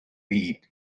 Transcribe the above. weed